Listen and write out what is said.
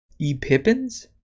e-pippins